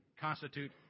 constitute